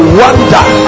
wonder